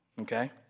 okay